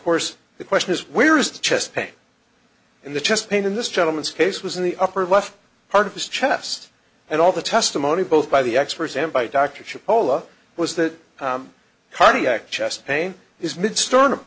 course the question is where is the chest pain in the chest pain in this gentleman's case was in the upper left part of his chest and all the testimony both by the experts and by dr shu pola was that cardiac chest pain is mid storm